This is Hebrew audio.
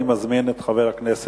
אני מזמין את חבר הכנסת